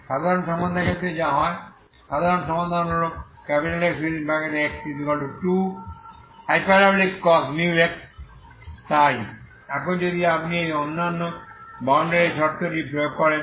সাধারণ সমাধানের ক্ষেত্রে যা হয় সাধারণ সমাধান হল Xx2cosh μx তাই এখন যদি আপনি এই অন্যান্য বাউন্ডারিশর্ত প্রয়োগ করেন